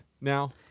now